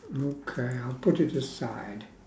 okay I'll put it aside